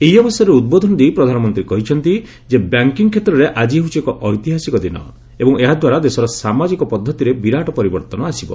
ଏହି ଅବସରରେ ଉଦ୍ବୋଧନ ଦେଇ ପ୍ରଧାନମନ୍ତ୍ରୀ କହିଛନ୍ତି ଯେ ବ୍ୟାଙ୍କିଙ୍ଗ୍ କ୍ଷେତ୍ରରେ ଆଜି ହେଉଛି ଏକ ଐତିହାସିକ ଦିନ ଏବଂ ଏହାଦ୍ୱାରା ଦେଶର ସାମାଜିକ ପଦ୍ଧତିରେ ବିରାଟ ପରିବର୍ତ୍ତନ ଆସିବ